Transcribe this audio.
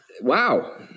Wow